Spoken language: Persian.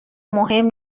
مهم